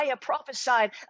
prophesied